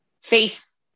face